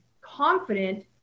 confident